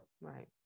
Right